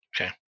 Okay